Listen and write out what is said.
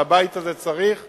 הבית הזה צריך לגנות,